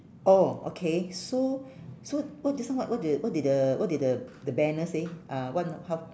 oh okay so so what just now right what did the what did the what did the the banner say uh what how